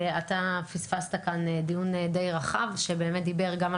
אתה פספסת כאן דיון די רחב שבאמת דיבר גם על